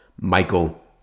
Michael